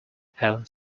helene